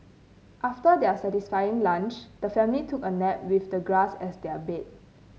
after their satisfying lunch the family took a nap with the grass as their bed